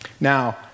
now